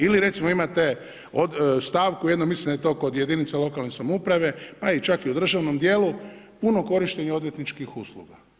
Ili recimo imate u stavku jednom, mislim da je to kod jedinica lokalne samouprave pa i čak u državnom dijelu puno korištenja odvjetničkih usluga.